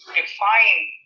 define